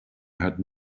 had